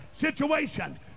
situation